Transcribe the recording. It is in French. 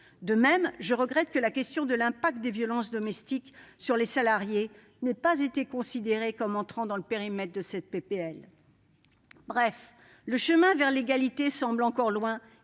De même, je regrette que la question de l'impact des violences domestiques sur les salariés n'ait pas été considérée comme entrant dans le périmètre de cette proposition de loi. Bref, le chemin vers l'égalité semble encore loin